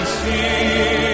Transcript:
see